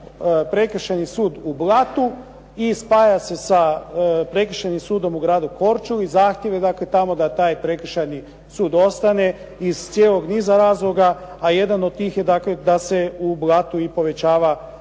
prekršajni sud u Blatu i spaja se sa prekršajnim sudom u gradu Korčuli, zahtjeve dakle, tamo da taj prekršajni sud ostane iz cijelog niza razloga, a jedan od tih je dakle, da se u Blatu i povećava